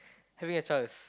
having a child is